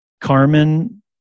Carmen